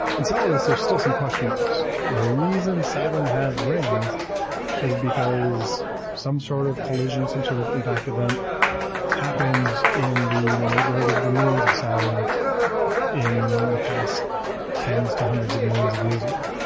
enceladus, there's still some question marks. the reason saturn has rings is because some sort of collision, some sort of impact event happened in the neighborhood of the moons of saturn in the past tens to hundreds of millions of years ago.